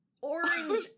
orange